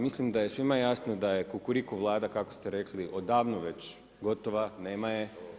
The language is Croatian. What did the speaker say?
Mislim da je svima jasno da je kukuriku Vlada, kako ste rekli, odavno već gotova, nema je.